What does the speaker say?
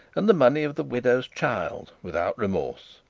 and the money of the widow's child, without remorse.